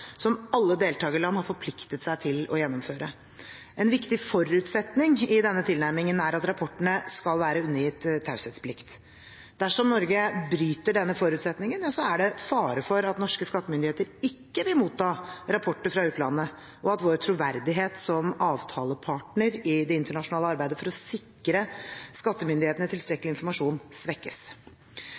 som alle deltakerland har forpliktet seg til å gjennomføre. En viktig forutsetning i denne tilnærmingen er at rapportene skal være undergitt taushetsplikt. Dersom Norge bryter denne forutsetningen, er det fare for at norske skattemyndigheter ikke vil motta rapporter fra utlandet, og at vår troverdighet som avtalepartner i det internasjonale arbeidet for å sikre skattemyndighetene tilstrekkelig informasjon, svekkes.